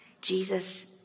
Jesus